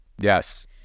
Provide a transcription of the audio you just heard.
Yes